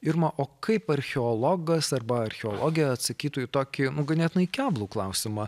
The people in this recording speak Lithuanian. irma o kaip archeologas arba archeologė atsakytų į tokį nu ganėtinai keblų klausimą